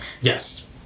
yes